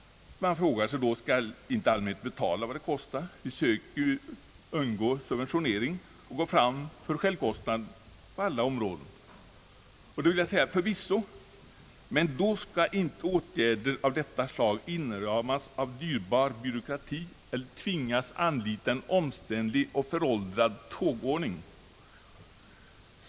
Man frågar sig då: Skall inte allmänheten betala vad det kostar? Vi söker ju undvika subventionering och går in för självkostnad på alla områden. Jag vill svara: Förvisso, men i så fall skall inte sådana här åtgärder inramas av dyrbar byråkrati. Man skall inte tvingas anlita en omständlig och föråldrad tågordning.